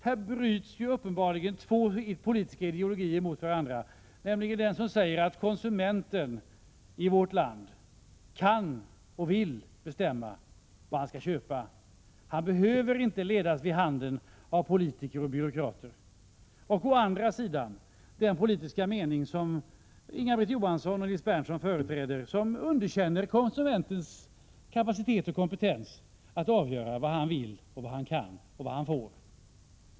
Här bryts uppenbarligen två politiska ideologier mot varandra, nämligen den som säger att konsumenten i vårt land kan och vill bestämma vad han skall köpa — han behöver inte ledas vid handen av politiker och byråkrater — och å andra sidan den politiska mening som Inga-Britt Johansson och Nils Berndtson företräder, som underkänner konsumentens kapacitet och kompetens att avgöra vad han vill, kan och får.